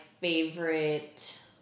favorite